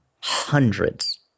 hundreds